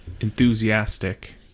enthusiastic